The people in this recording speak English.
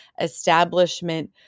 establishment